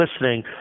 listening